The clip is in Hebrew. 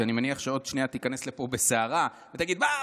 שאני מניח שעוד שנייה תיכנס לפה בסערה ותגיד: מה,